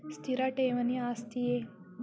ಸ್ಥಿರ ಠೇವಣಿ ಆಸ್ತಿಯೇ?